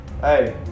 hey